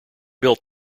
built